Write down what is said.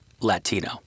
Latino